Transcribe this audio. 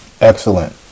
Excellent